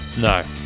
No